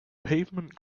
pavement